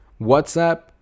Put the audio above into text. WhatsApp